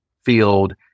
field